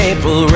April